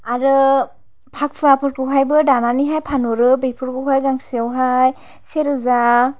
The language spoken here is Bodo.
आरो फाखुवाफोरखौ हायबो दानानै हाय फानहरो बेफोरखौहाय गांसेयावहाय से रोजा